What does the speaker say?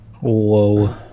Whoa